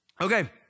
Okay